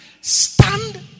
stand